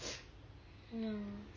ya